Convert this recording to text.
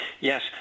Yes